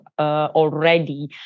already